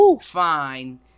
Fine